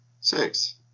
Six